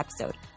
episode